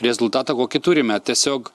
rezultatą kokį turime tiesiog